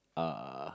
uh